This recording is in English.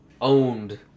owned